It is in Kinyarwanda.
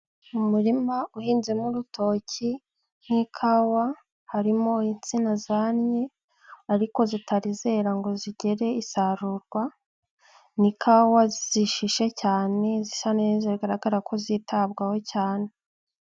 Mu muririma uhinzemo urutoki n'ikawa harimo insina zannye, ariko zitari zera ngo zigere isarurwa, n'ikawa zishishe cyane zisa neza zigaragara ko zitabwaho cyane.